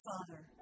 Father